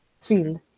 field